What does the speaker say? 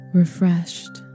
refreshed